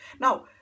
Now